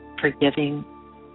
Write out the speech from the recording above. forgiving